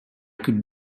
could